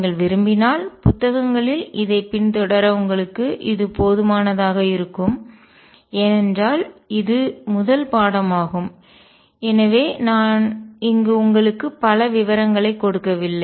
நீங்கள் விரும்பினால் புத்தகங்களில் இதைப் பின்தொடர உங்களுக்கு இது போதுமானதாக இருக்கும் ஏனென்றால் இது முதல் பாடமாகும் எனவே நான் இங்கு உங்களுக்கு பல விவரங்களை கொடுக்கவில்லை